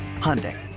Hyundai